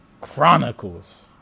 Chronicles